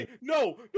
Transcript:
no